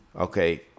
Okay